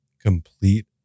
complete